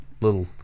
little